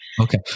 okay